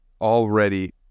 already